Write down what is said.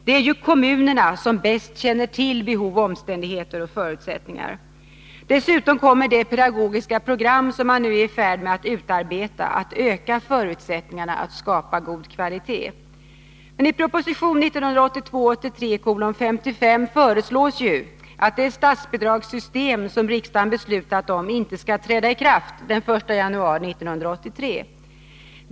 Det är ju kommunerna som bäst känner till behov, beslutet om omständigheter och förutsättningar. Dessutom kommer det pedagogiska karensdagar, program som man nu är i färd med att utarbeta att öka förutsättningarna för — m, m. att skapa god kvalitet. I proposition 1982/83:55 föreslås att det statsbidragssystem som riksdagen beslutat om inte skall träda i kraft den 1 januari 1983.